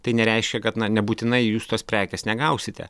tai nereiškia kad na nebūtinai jūs tos prekės negausite